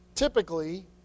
Typically